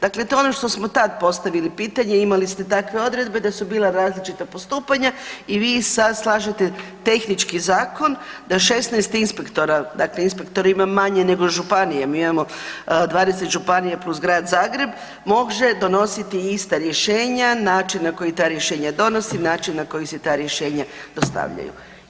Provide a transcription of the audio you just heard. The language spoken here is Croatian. Dakle, to je ono što smo tad postavili pitanje i imali ste takve odredbe da su bila različita postupanja i vi ih sad slažete tehnički zakon da 16 inspektora, dakle inspektora ima manje nego županija, mi imamo 20 županija plus Grad Zagreb, može donositi ista rješenja način na koji ta rješenja donosi, način na koji se ta rješenja dostavljaju.